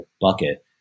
bucket